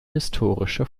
historische